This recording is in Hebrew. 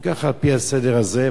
וכך על-פי הסדר הזה,